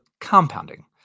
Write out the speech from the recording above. compounding